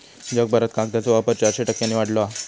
जगभरात कागदाचो वापर चारशे टक्क्यांनी वाढलो हा